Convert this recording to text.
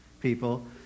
people